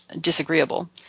disagreeable